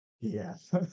Yes